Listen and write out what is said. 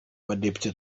badepite